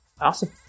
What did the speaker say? Awesome